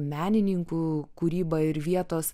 menininkų kūryba ir vietos